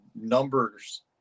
numbers